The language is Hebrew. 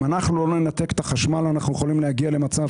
אם אנחנו לא ננתק את החשמל אנחנו עלולים להגיע למצב